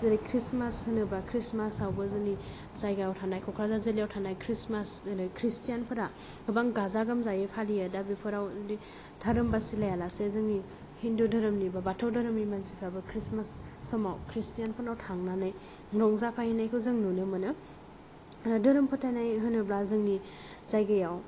जेरै खृसमास होनोबा खृसमास आवबो जोंनि जायगायाव थानाय क'क्राझार जिल्ला याव थानाय खृसमास होनो खृस्थियान फोरा गोबां गाजा गोमजायै फालियो दा बेफोराव धोरोम बासिलाया लासे जोंनि हिन्दु धोरोमनि बा बाथौ धोरोमनि मानसिफोरा बो खृसमास समाव खृस्थियान फोरनाव थांनानै रंजाफाहैनायखौ जों नुनो मोनो धोरोम फोथायनाय होनोब्ला जोंनि जायगायाव